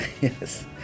Yes